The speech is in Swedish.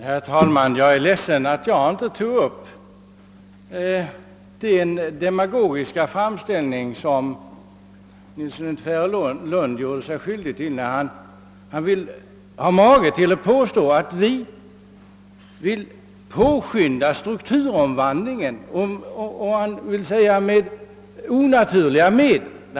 Herr talman! Jag är ledsen att jag inte tog upp den demagogiska framställning, som herr Nilsson i Tvärålund gjorde sig skyldig till när han hade mage att påstå att vi vill »påskynda strukturomvandlingen», t.o.m. med onaturliga medel.